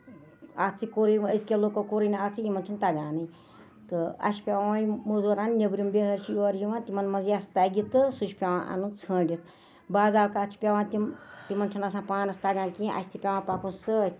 اَتھ سۭتۍ کورُے وۄنۍ أزکیو لُکو کورُے نہٕ اَتھ سۭتۍ یِمن چھُنہٕ تگانے تہٕ اَسہِ چھِ پیوان موزوٗر اَنٕنۍ نیبرِم بِہٲرۍ چھِ یور یِوان تِمن منٛز یَس تَگہِ تہٕ سُہ چھُ پیوان اَنُن ژھٲنڈِتھ بعض اوقات چھُ پیوان تِم تِمن چھُنہٕ آسان پانَس تَگان کیٚنٛہہ اَسہِ تہِ پیوان پَکُن سۭتۍ